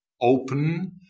open